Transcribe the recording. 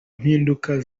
mpinduka